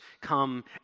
come